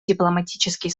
дипломатический